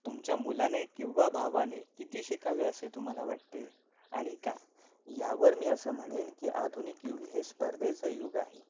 तुमच्या मुलाने किंवा भावाने किती शिकावे असे तुम्हाला वाटते आणि का यावर मी असं म्हणेन की आधुनिक युग हे स्पर्धेचं युग आहे